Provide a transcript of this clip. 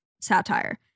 satire